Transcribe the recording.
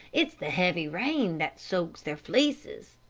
it's the heavy rain that soaks their fleeces.